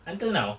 until now